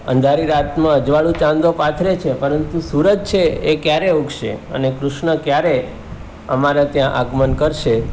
અંધારી રાતમાં અજવાળું ચાંદો પાથરે છે પરંતુ સુરજ છે એ ક્યારે ઊગશે અને કૃષ્ણ ક્યારે અમારે ત્યાં આગમન કરશે